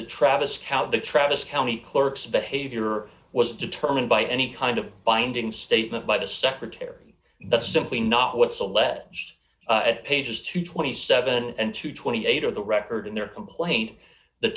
county travis county clerk's behavior was determined by any kind of binding statement by the secretary that's simply not what's alleged pages to twenty seven and to twenty eight of the record in their complaint the